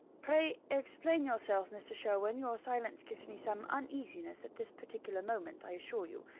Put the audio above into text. pray explain yourself, mr. sherwin. your silence gives me some uneasiness at this particular moment, i assure you.